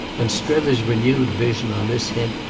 and strether's renewed vision, on this hint,